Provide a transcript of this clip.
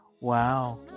Wow